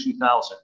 2000